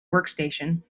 workstation